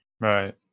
right